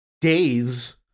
days